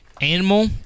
Animal